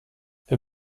wir